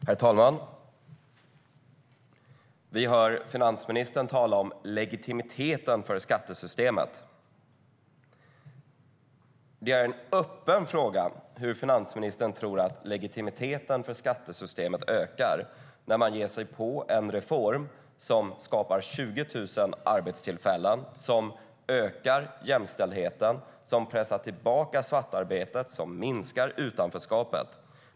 Herr talman! Vi hör finansministern tala om legitimiteten i skattesystemet. Det är en öppen fråga hur finansministern tror att legitimiteten i skattesystemet ökar när man ger sig på en reform som skapar 20 000 arbetstillfällen, ökar jämställdheten, pressar tillbaka svartarbete och minskar utanförskapet.